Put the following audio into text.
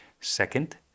Second